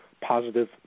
positive